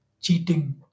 cheating